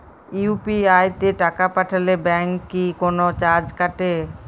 UPI তে টাকা পাঠালে ব্যাংক কি কোনো চার্জ কাটে?